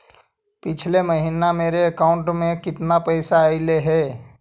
पिछले महिना में मेरा अकाउंट में केतना पैसा अइलेय हे?